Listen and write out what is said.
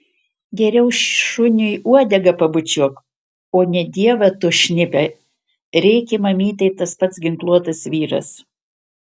geriau šuniui uodegą pabučiuok o ne dievą tu šnipe rėkė mamytei tas pats ginkluotas vyras